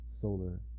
solar